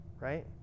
right